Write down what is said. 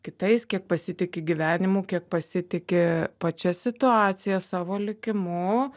kitais kiek pasitiki gyvenimu kiek pasitiki pačia situacija savo likimu